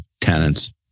tenants